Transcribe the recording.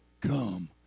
come